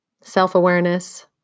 Self-awareness